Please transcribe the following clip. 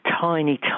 tiny